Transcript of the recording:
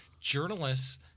Journalists